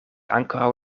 ankoraŭ